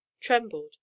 trembled